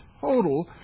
total